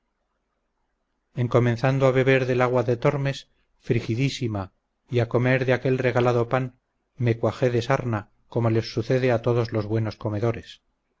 en comenzando a beber del agua de tormes frigidísima y a comer de aquel regalado pan me cuajé de sarna como les sucede a todos los buenos comedores